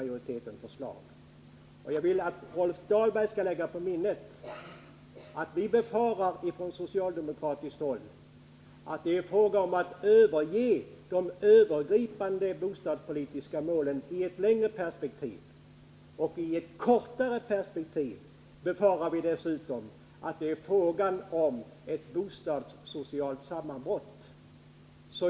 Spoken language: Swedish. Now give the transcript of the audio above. Jag vill att Rolf Dahlberg skall lägga på minnet att vi från socialdemokratiskt håll befarar att det är fråga om att överge de övergripande bostadspolitiska målen i ett längre perspektiv. I det kortare perspektivet befarar vi dessutom att det är fråga om ett bostadssocialt sammanbrott.